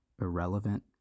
irrelevant